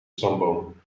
stamboom